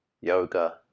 yoga